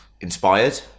inspired